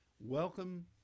Welcome